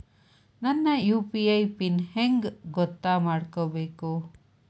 ನನ್ನ UPI PIN ಹೆಂಗ್ ಗೊತ್ತ ಮಾಡ್ಕೋಬೇಕು?